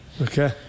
Okay